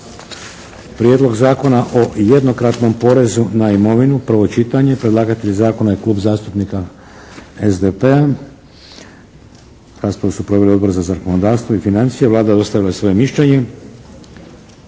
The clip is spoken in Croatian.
Prijedlog zakona o jednokratnom porezu na imovinu, prvo čitanje, predlagatelj Klub zastupnika SDP-a, P.Z. br. 547. Raspravu su proveli: Odbor za zakonodavstvo i financije. Vlada je dostavila svoje mišljenje.